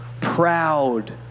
proud